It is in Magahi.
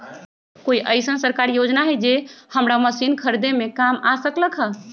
कोइ अईसन सरकारी योजना हई जे हमरा मशीन खरीदे में काम आ सकलक ह?